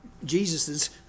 Jesus's